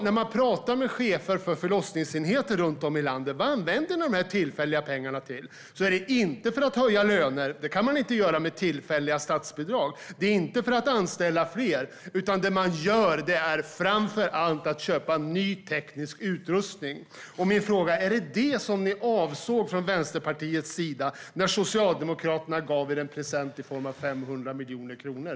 När man frågar chefer för förlossningsenheter ute i landet vad de använder dessa tillfälliga pengar till får man veta att det inte är för att höja löner - det kan man inte göra med tillfälliga statsbidrag - och inte för att anställa fler. Det man gör är framför allt att köpa ny teknisk utrustning. Min fråga är: Var det detta ni från Vänsterpartiets sida avsåg när Socialdemokraterna gav er en present i form av 500 miljoner kronor?